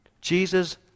Jesus